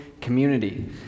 community